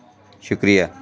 شُکریہ